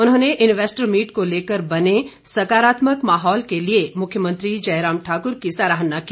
उन्होंने investor meet को लेकर बने सकारात्मक महौल के लिए मुख्यमंत्री जयराम ठाकुर की सराहना की